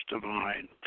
divine